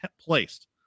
placed